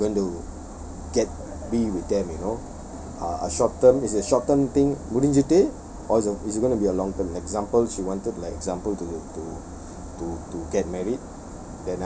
you going to get be with them you know uh a short term is a short term thing முடிஞ்சிட்டு:mudinjitu or is is it gonna be a long term example she wanted like example to to to to get married